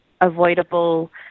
avoidable